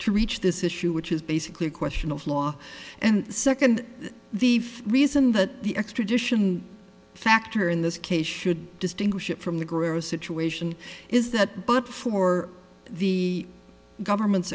to reach this issue which is basically a question of law and second the reason that the extradition factor in this case should distinguish it from the gross situation is that but for the government's